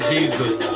Jesus